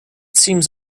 seems